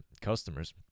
customers